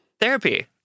Therapy